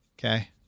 Okay